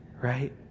right